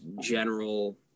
general